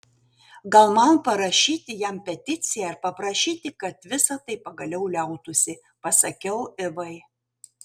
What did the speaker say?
gal man parašyti jam peticiją ir paprašyti kad visa tai pagaliau liautųsi pasakiau ivai